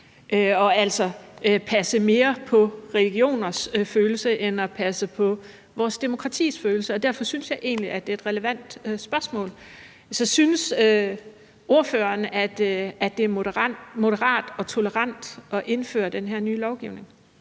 og altså passe mere på følelser omkring religioner end atpasse på vores følelse omkring demokrati. Derfor synes jeg egentlig, at det er et relevant spørgsmål. Så synes ordføreren, at det er moderat og tolerant at indføre den her nye lovgivning?